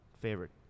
Favorite